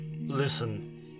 listen